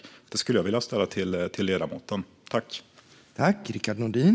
Den frågan skulle jag vilja ställa till ledamoten.